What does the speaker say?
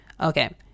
Okay